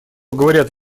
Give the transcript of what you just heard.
говорят